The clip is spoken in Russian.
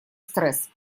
стресс